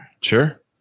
sure